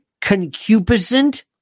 concupiscent